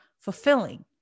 fulfilling